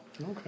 Okay